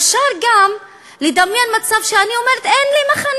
אפשר גם לדמיין מצב שאני אומרת: אין לי מכנה